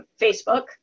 Facebook